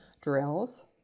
drills